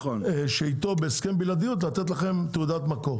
שאיתו בהסכם בלעדיות לתת לכם תעודת מקור?